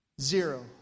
Zero